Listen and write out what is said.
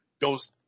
goes